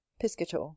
Piscator